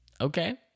Okay